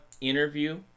interview